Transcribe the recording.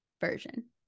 version